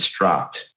dropped